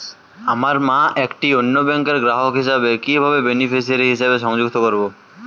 আমার মা একটি অন্য ব্যাংকের গ্রাহক হিসেবে কীভাবে বেনিফিসিয়ারি হিসেবে সংযুক্ত করব?